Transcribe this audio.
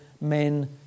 men